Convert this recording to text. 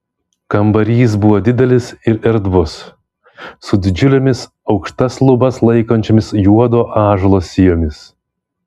kambarys buvo didelis ir erdvus su didžiulėmis aukštas lubas laikančiomis juodo ąžuolo sijomis